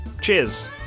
Cheers